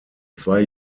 zwei